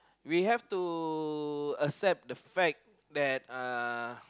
we have to accept the fact that uh